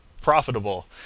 profitable